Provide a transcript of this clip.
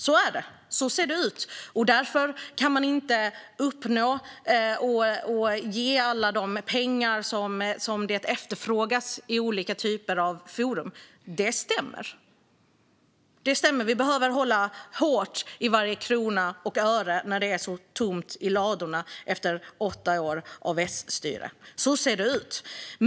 Så ser det ut, och därför kan man inte ge alla de pengar som de efterfrågar i olika typer av forum. Det stämmer att vi behöver hålla hårt i varje krona och öre när det är så tomt i ladorna efter åtta år av S-styre. Så ser det ut.